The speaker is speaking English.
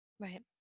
Right